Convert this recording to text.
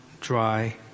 dry